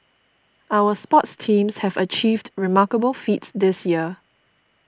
our sports teams have achieved remarkable feats this year